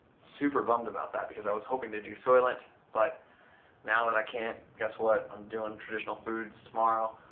super bummed about that because i was hoping to do soylent. but now that i can't, guess what? i'm doing traditional foods tomorrow.